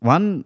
One